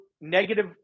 negative